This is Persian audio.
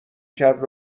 کرد